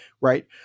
right